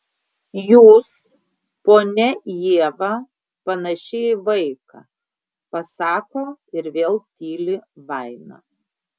jūs ponia ieva panaši į vaiką pasako ir vėl tyli vaina